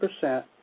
percent